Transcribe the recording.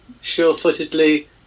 sure-footedly